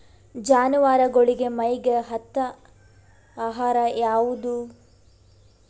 ಜಾನವಾರಗೊಳಿಗಿ ಮೈಗ್ ಹತ್ತ ಆಹಾರ ಯಾವುದು?